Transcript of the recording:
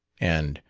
and,